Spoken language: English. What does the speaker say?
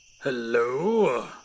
Hello